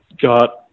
got